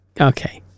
Okay